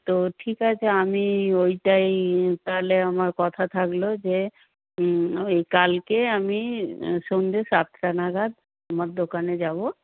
তো ঠিক আছে আমি ওইটাই তাহলে আমার কথা থাকলো যে ওই কালকে আমি সন্ধে সাতটা নাগাদ তোমার দোকানে যাবো